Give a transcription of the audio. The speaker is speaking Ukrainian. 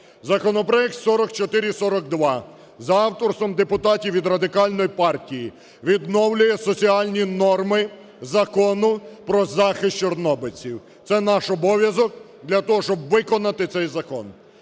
Законопроект 4442 за авторством депутатів від Радикальної партії відновлює соціальні норми Закону про захист чорнобильців, це наш обов'язок для того, щоб виконати цей закон.